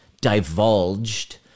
divulged